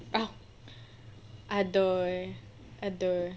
ah !aduh! !aduh!